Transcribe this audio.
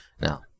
Now